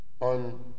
on